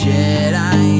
Jedi